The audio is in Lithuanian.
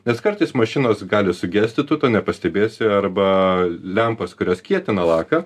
nes kartais mašinos gali sugesti tu to nepastebėsi arba lempos kurios kietina laką